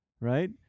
right